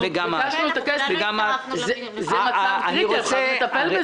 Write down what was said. זה מצב קריטי, אז צריך לטפל בזה.